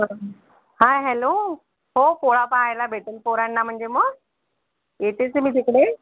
हा हॅलो हो पोळा पाहायला भेटेल पोरांना म्हणजे मग येतेच मी तिकडे